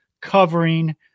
covering